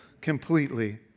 completely